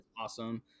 awesome